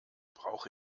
brauche